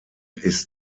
ist